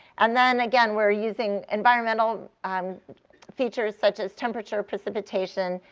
and then, again, we're using environmental um features such as temperature, precipitation,